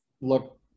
look